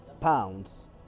pounds